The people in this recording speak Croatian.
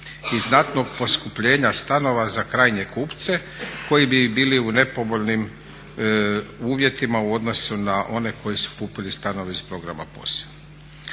i znatnog poskupljenja stanova za krajnje kupce koji bi bili u nepovoljnim uvjetima u odnosu na one koji su kupili stanove iz programa POS-a.